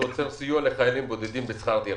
עוצר סיוע לחיילים בודדים בשכר דירה.